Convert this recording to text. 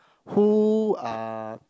who are